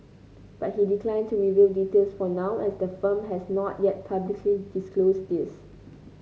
but he declined to reveal details for now as the firm has not yet publicly disclosed these